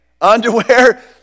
Underwear